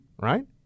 right